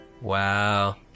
Wow